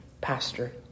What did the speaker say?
pastor